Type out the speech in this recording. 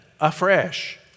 afresh